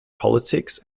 politics